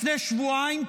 לפני שבועיים,